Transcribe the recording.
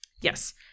Yes